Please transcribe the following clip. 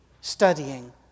studying